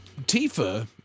Tifa